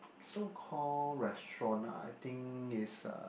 so call restaurant ah I think is a